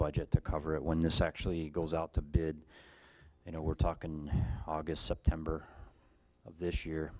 budget to cover it when this actually goes out to bid you know we're talking august september of this year